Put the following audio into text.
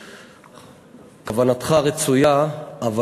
"כוונתך רצויה אבל